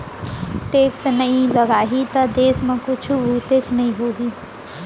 tax नइ लगाही त देस म कुछु बुतेच नइ होही